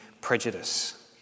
prejudice